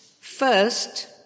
First